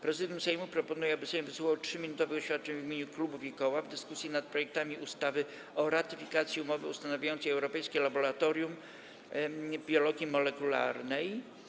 Prezydium Sejmu proponuje, aby Sejm wysłuchał 3-minutowych oświadczeń w imieniu klubów i koła w dyskusji nad projektem ustawy o ratyfikacji Umowy ustanawiającej Europejskie Laboratorium Biologii Molekularnej.